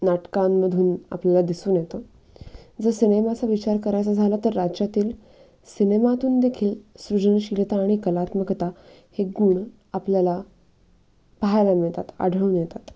नाटकांमधून आपल्याला दिसून येतो जर सिनेमाचा विचार करायचा झाला तर राज्यातील सिनेमातूनदेखील सृजनशीलता आणि कलात्मकता हे गुण आपल्याला पाहायला मिळतात आढळून येतात